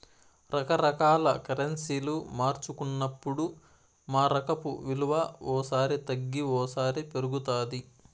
రకరకాల కరెన్సీలు మార్చుకున్నప్పుడు మారకపు విలువ ఓ సారి తగ్గి ఓసారి పెరుగుతాది